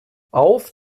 auf